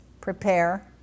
Prepare